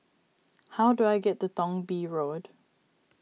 how do I get to Thong Bee Road